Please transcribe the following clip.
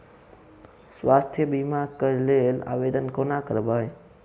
स्वास्थ्य बीमा कऽ लेल आवेदन कोना करबै?